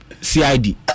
CID